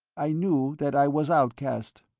i knew that i was outcast.